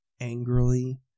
angrily